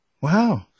wow